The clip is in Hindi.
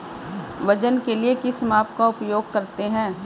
वजन के लिए किस माप का उपयोग करते हैं?